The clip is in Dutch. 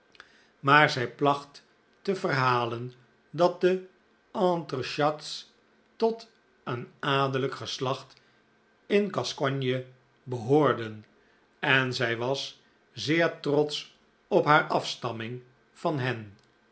maar zij placht te verhalen dat de entrechats tot een adellijk geslacht in gascogne behoorden en zij was zeer trotsch op haar afstamming van hen